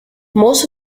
most